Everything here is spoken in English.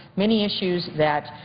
many issues that